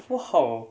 不好